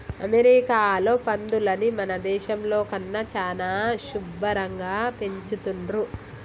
అమెరికాలో పందులని మన దేశంలో కన్నా చానా శుభ్భరంగా పెంచుతున్రు